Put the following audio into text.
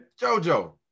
JoJo